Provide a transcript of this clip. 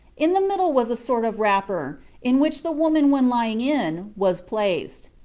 in the middle was a sort of wrapper in which the woman when lying in, was placed.